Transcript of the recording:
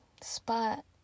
spot